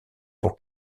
pour